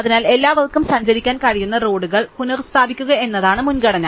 അതിനാൽ എല്ലാവർക്കും സഞ്ചരിക്കാൻ കഴിയുന്ന റോഡുകൾ പുനസ്ഥാപിക്കുക എന്നതാണ് മുൻഗണന